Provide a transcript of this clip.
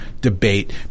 debate